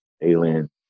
alien